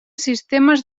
sistemes